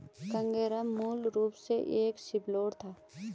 cargo मूल रूप से एक शिपलोड था